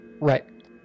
Right